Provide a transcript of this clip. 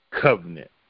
covenant